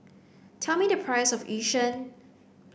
tell me the price of Yu Sheng